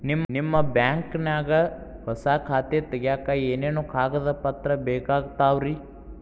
ನಿಮ್ಮ ಬ್ಯಾಂಕ್ ನ್ಯಾಗ್ ಹೊಸಾ ಖಾತೆ ತಗ್ಯಾಕ್ ಏನೇನು ಕಾಗದ ಪತ್ರ ಬೇಕಾಗ್ತಾವ್ರಿ?